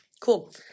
cool